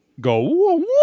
go